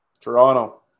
Toronto